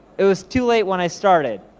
it was too late when i started.